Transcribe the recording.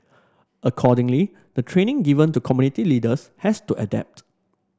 accordingly the training given to community leaders has to adapt